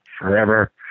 forever